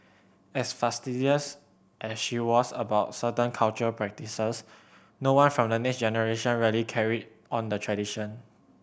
as fastidious as she was about certain cultural practices no one from the next generation really carried on the tradition